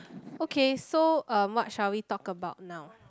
okay so um what shall we talk about now